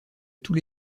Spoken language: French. tous